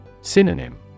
Synonym